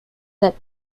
that